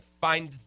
find